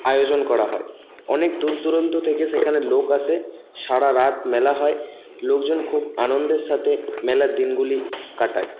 আয়োজন করা হয় অনেক দূরদূরান্ত থেকে সেখানে লোক আসে সারা রাত মেলা হয় লোকজন খুব আনন্দের সাথে মেলার দিনগুলি কাটায়